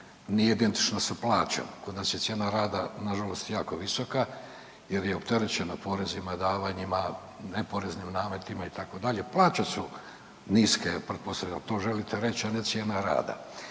nije identična sa plaćom, kod nas je cijena rada nažalost jako visoka jer je opterećena porezima, davanjima, neporeznim nametima, itd., plaće su niske, pretpostavljam, to želite reći, a ne cijena rada.